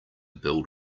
build